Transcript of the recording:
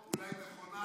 הכוונה שלו אולי נכונה.